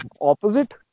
opposite